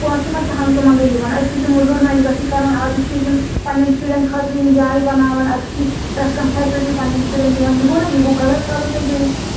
پونٛسہٕ ما چھِ ہنٛگتہٕ مَنٛگے یِوان أسۍ تہِ چھِ موٚزوٗر مجگتھٕے کران اَدٕ چھِ أسۍ یِم پَنٕنٮ۪ن شُرٮ۪ن خٲطرٕ یِم جایہِ بَناوان اَدٕ چھِ أسۍ پرٛٮ۪تھ کانٛہہ فیسَلٹی پَنٕنٮ۪ن شُرٮ۪ن دِوان یہِ گوٚو نا یہِ گوٚو غلط کَرُن تیٚلہِ بیٚیِس سٍتۍ